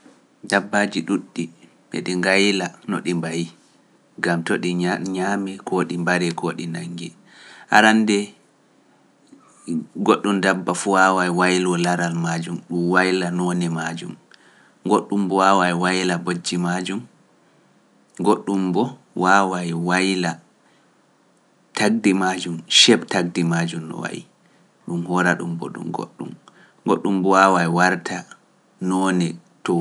Dabbaaji ɗuuɗɗi heɗi ngayla no ɗi mbayi, gam to ɗi ñaami kooum no wayi, ɗum hora ɗum boɗum goɗɗum, goɗɗum waawa e warta noone too.